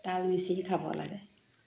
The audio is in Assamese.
তাল মিচিৰি খাব লাগে